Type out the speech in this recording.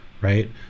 right